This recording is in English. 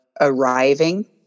arriving